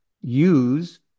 use